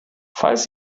falls